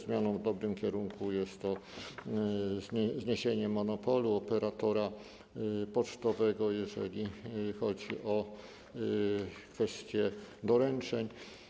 Zmianą w dobrym kierunku jest też zniesienie monopolu operatora pocztowego, jeżeli chodzi o kwestię doręczeń.